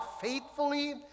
faithfully